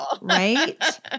right